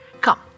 Come